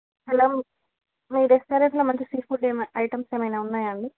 hello మీ రెస్టారెంట్లో మంచి సీ ఫుడ్ ఏమై ఐటమ్స్ ఏమైనా ఉన్నాయా అండి